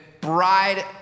bride